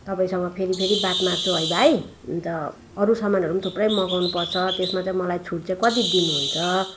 तपाईँसँग फेरि फेरि बात मार्छु है भाइ अनि त अरू समानहरू पनि थुप्रै मगाउनुपर्छ त्यसमा चाहिँ मलाई छुट चाहिँ कति दिनुहुन्छ